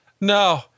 no